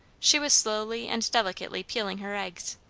she was slowly and delicately peeling her eggs,